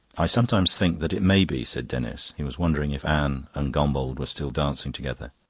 i sometimes think that it may be, said denis he was wondering if anne and gombauld were still dancing together.